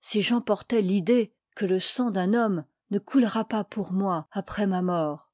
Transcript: si j'emportois l'idée que le sang d'un homme ne coulera pas pour moi après ma mort